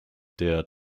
der